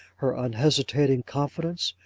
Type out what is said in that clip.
her unhesitating confidence,